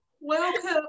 Welcome